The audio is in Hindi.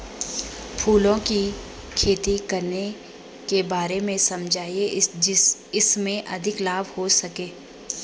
फूलों की खेती करने के बारे में समझाइये इसमें अधिक लाभ कैसे हो सकता है?